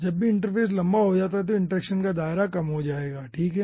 जब भी इंटरफ़ेस लंबा हो जाता है तो इंटरैक्शन का दायरा कम हो जाएगा ठीक है